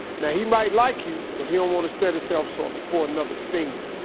now he might like you, but he don't wanna set his self so up for another stinging.